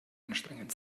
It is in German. anstrengend